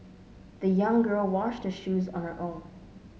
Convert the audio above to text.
the young girl washed her shoes on her own